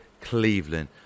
Cleveland